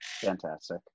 fantastic